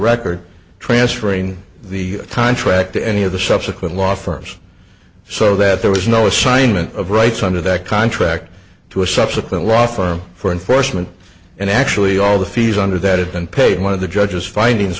record transferring the time track to any of the subsequent law firms so that there was no assignment of rights under that contract to a subsequent law firm for enforcement and actually all the fees under that have been paid one of the judge's findings